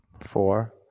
Four